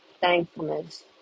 thankfulness